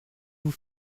vous